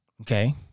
Okay